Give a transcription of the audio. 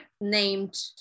named